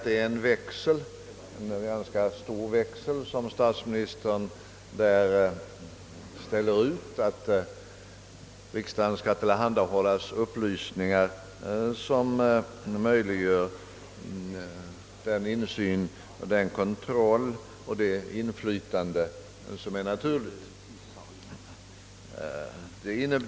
Det är en ganska stor växel som statsministern ställer ut, när han säger att riksdagen skall tillhandahållas upplysningar som möjliggör den insyn, den kontroll och det inflytande som är naturliga.